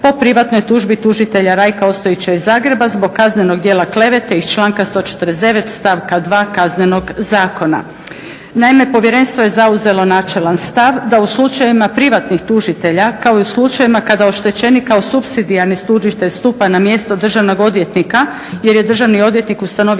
po privatnoj tužbi tužitelja Rajka Ostojića iz Zagreba zbog kaznenog djela klevete iz članka 149. stavka 2. kaznenog zakona. Naime povjerenstvo je zauzelo načelan stav da u slučajevima privatnih tužitelja kao i u slučajevima kada oštećenika o supsidijarni tužitelj stupa na mjesto državnog odvjetnika jer je državni odvjetnik ustanovio